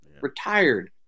retired